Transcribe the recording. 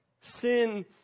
Sin